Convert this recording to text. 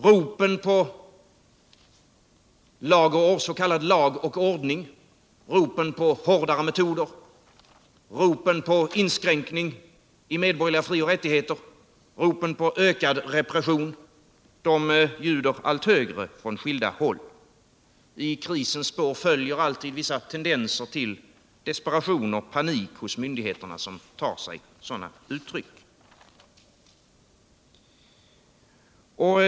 Ropen på s.k. lag och ordning, ropen på hårdare metoder, ropen på inskränkning i medborgerliga frioch rättigheter, ropen på ökad repression ljuder allt högre från skilda håll. I krisens spår följer alltid vissa tendenser till desperation och panik hos myndigheterna som tar sig sådana uttryck.